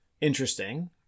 interesting